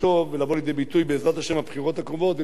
בבחירות הקרובות ולבחור באנשים נאמנים,